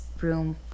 room